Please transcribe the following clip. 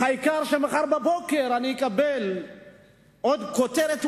העיקר שמחר בבוקר אני אקבל עוד כותרת,